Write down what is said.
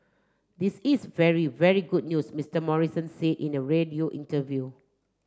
this is very very good news Mister Morrison said in a radio interview